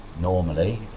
normally